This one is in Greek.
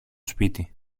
σπίτι